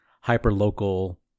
hyper-local